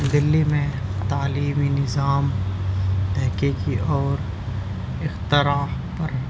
دلی میں تعلیمی نظام تحقیقی اور اختراع پر